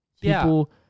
People